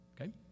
Okay